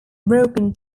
broken